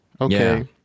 Okay